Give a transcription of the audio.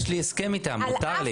אבל יש לי הסכם איתם, מותר לי.